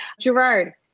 Gerard